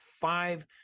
five